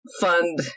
fund